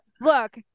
Look